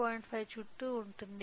5 చుట్టూ ఉంటుంది